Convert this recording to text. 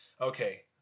okay